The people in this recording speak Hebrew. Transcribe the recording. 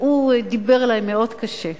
הוא דיבר אלי מאוד קשה: